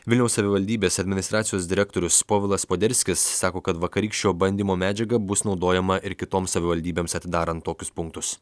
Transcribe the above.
vilniaus savivaldybės administracijos direktorius povilas poderskis sako kad vakarykščio bandymo medžiaga bus naudojama ir kitom savivaldybėms atidarant tokius punktus